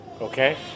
okay